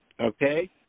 Okay